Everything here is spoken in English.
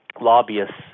lobbyists